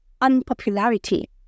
unpopularity